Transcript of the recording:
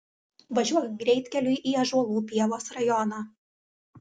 važiuok greitkeliu į ąžuolų pievos rajoną